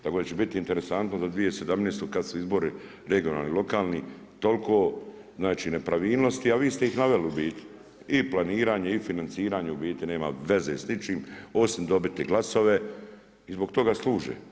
Tako da će biti za 2017. kad su izbori regionalni i lokalni toliko znači nepravilnosti, a vi ste ih i naveli u biti i planiranje i financiranje u biti nema veze s ničim osim dobiti glasove i zbog toga služe.